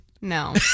no